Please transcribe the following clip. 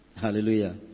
Hallelujah